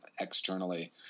externally